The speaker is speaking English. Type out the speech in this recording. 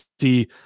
see